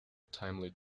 timely